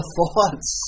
thoughts